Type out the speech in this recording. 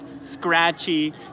scratchy